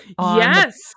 Yes